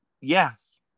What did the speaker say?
Yes